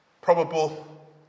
probable